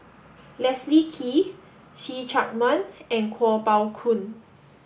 Leslie Kee See Chak Mun and Kuo Pao Kun